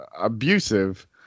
abusive